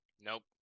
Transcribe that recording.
nope